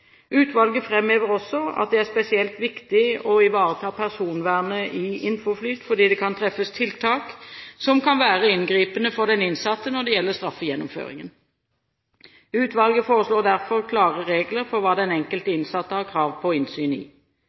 Utvalget framhever også at det er spesielt viktig å ivareta personvernet i INFOFLYT, fordi det kan treffes tiltak som kan være inngripende for den innsatte når det gjelder straffegjennomføringen. Utvalget foreslår derfor klare regler for hva den enkelte innsatte har krav på innsyn i.